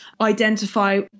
identify